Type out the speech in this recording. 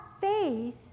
faith